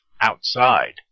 outside